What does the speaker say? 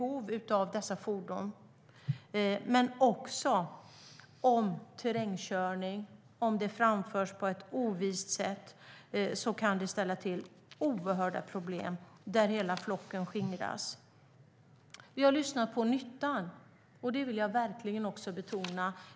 Om fordonen framförs på ett ovist sätt kan terrängkörningen ställa till oerhörda problem, till exempel att en hel renflock skingras. Vi har hört om nyttan, och den vill jag verkligen också betona.